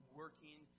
working